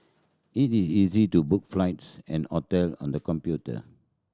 it is easy to book flights and hotel on the computer